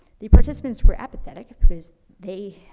the participants were apathetic because they,